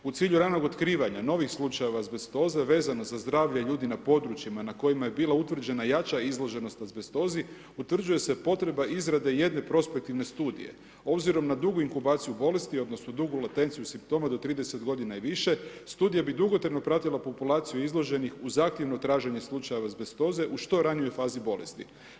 U cilju ranog otkivanja novih slučajeva azbestoze, vezano za zdravlje ljudi na područjima na kojima je bila utvrđena jača izloženost azbestozi, utvrđuje se potreba izrade jedne prospektivne studije, obzirom na dugu inkubaciju bolesti, odnosno dugu latenciju simptoma do 30 godina i više, studija bi dugotrajno pratila populaciju izloženih uz aktivno traženje slučajeva azbestoze u što ranijoj fazi bolesti.